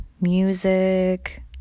music